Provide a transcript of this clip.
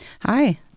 Hi